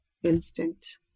Instinct